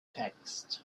texts